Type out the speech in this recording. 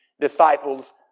disciples